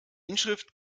inschrift